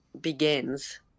Begins